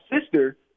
sister